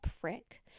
Prick